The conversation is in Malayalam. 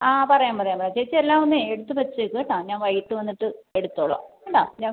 ആ പറയാം പറയാം പറയാം ചേച്ചി എല്ലാം ഒന്ന് എടുത്ത് വെച്ചേക്ക് കേട്ടോ ഞാൻ വൈകിട്ട് വന്നിട്ട് എടുത്തോളാം കേട്ടോ ഞാൻ